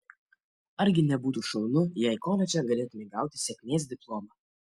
argi nebūtų šaunu jei koledže galėtumei gauti sėkmės diplomą